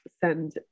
send